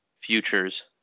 Futures